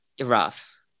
Rough